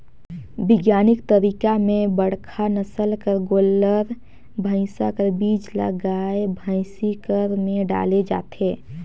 बिग्यानिक तरीका में बड़का नसल कर गोल्लर, भइसा कर बीज ल गाय, भइसी कर में डाले जाथे